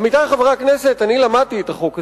עמיתי חברי הכנסת, למדתי את החוק הזה,